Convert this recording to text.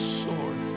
sword